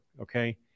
okay